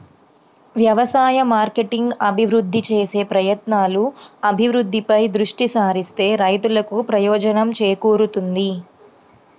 వ్యవసాయ మార్కెటింగ్ అభివృద్ధి చేసే ప్రయత్నాలు, అభివృద్ధిపై దృష్టి సారిస్తే రైతులకు ప్రయోజనం చేకూరుతుంది